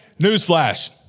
Newsflash